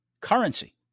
currency